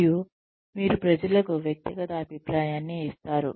మరియు మీరు ప్రజలకు వ్యక్తిగత అభిప్రాయాన్ని ఇస్తారు